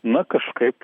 na kažkaip